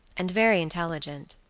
and very intelligent.